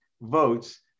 votes